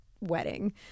wedding